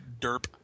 derp